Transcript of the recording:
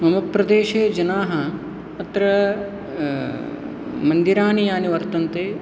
मम प्रदेशे जनाः अत्र मन्दिराणि यानि वर्तन्ते